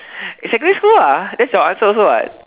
in secondary school ah that's your answer also [what]